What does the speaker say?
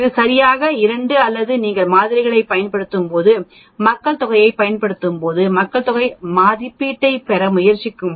இது சரியாக 2 அல்ல நீங்கள் மாதிரிகளைப் பயன்படுத்தும் போது மக்கள்தொகையைப் பயன்படுத்தும்போது மக்கள்தொகை மதிப்பீட்டைப் பெற முயற்சிக்கும்போது அது 1